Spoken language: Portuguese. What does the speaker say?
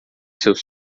seus